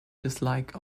dislike